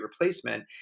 Replacement